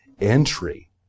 entry